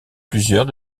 plusieurs